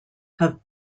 have